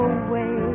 away